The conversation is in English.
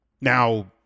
Now